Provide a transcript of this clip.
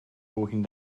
walking